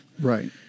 Right